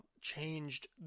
changed